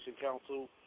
Council